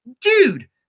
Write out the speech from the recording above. dude